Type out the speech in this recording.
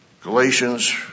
Galatians